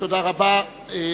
תודה רבה.